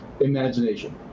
imagination